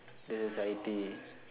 the society